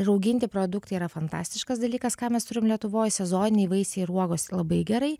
rauginti produktai yra fantastiškas dalykas ką mes turim lietuvoj sezoniniai vaisiai ir uogos labai gerai